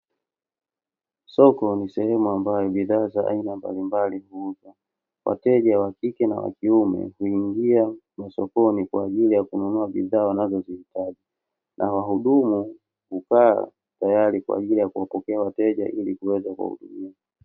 Soko ni sehemu ambayo bidhaa za aina mbalimbali huuzwa. Wateja, wakike na wakiume, huingia masokoni kwa ajili ya kununua bidhaa wanazozihitaji, na wahudumu hukaa tayari kwa ajili ya kuwapokea wateja ili kuweza kuwahudumia.